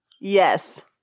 yes